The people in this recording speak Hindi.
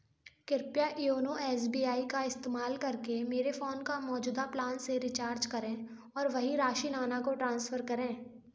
कृपया योनो एस बी आई का इस्तमाल करके मेरे फ़ोन का मौजूदा प्लान से रिचार्ज करें और वही राशि नाना को ट्रांसफ़र करें